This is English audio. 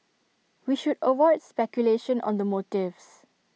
we should avoid speculation on the motives